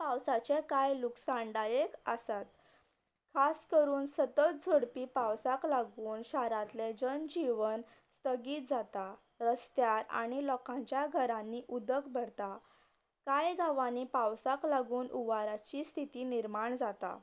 पावसाचे काय लुकसाणदायक आसात खास करून सतत झडपी पावसाक लागून शरांतले जनजीवन स्थगीत जाता रस्त्यार आनी लोकांच्या घरांनी उदक भरता काय गांवांनी पावसाक लागून हुंवाराची स्थिती निर्माण जाता